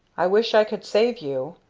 i wish i could save you.